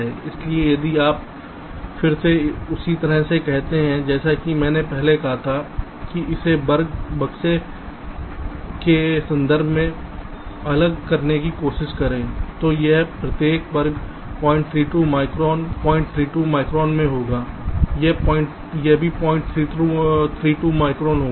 इसलिए यदि आप फिर से उसी तरह से कहते हैं जैसा कि मैंने पहले कहा था कि इसे वर्ग बक्से के संदर्भ में अलग करने की कोशिश करें तो यह प्रत्येक वर्ग 032 माइक्रोन 032 माइक्रोन में होगा यह भी 032 होगा